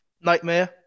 nightmare